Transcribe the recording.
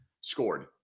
scored